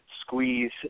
squeeze